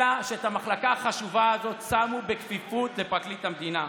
אלא שאת המחלקה החשובה הזו שמו בכפיפות לפרקליט המדינה.